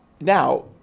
Now